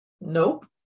Nope